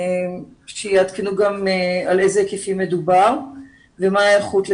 אז שיעדכנו גם על אלו היקפים מדובר ומה ההיערכות לגביהם.